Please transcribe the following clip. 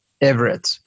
Everett